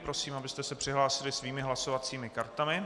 Prosím, abyste se přihlásili svými hlasovacími kartami.